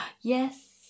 Yes